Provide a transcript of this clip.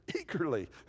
eagerly